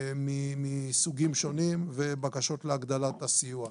מסוגים שונים, ובקשות להגדלת הסיוע.